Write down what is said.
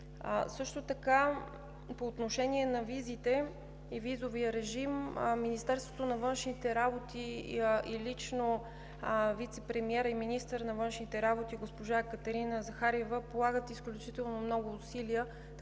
Също така по отношение на визите и визовия режим Министерството на външните работи и лично вицепремиерът и министър на външните работи госпожа Екатерина Захариева полагат изключително много усилия,